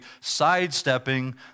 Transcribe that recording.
sidestepping